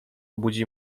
budzi